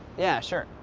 yeah, sure.